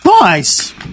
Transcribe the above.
Nice